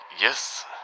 Yes